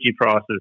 prices